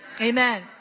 Amen